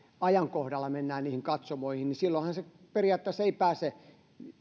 ajankohdalla mennään niihin katsomoihin niin silloinhan periaatteessa ei pääse